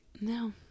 No